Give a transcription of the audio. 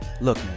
Look